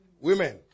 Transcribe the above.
Women